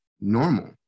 normal